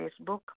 Facebook